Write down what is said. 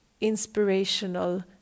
inspirational